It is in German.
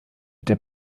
der